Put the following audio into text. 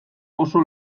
oso